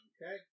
Okay